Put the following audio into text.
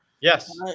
Yes